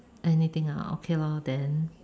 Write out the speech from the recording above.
anything ah okay lor then